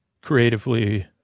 creatively